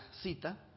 cita